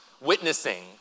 Witnessing